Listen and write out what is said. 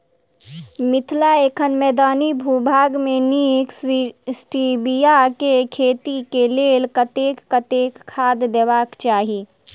मिथिला एखन मैदानी भूभाग मे नीक स्टीबिया केँ खेती केँ लेल कतेक कतेक खाद देबाक चाहि?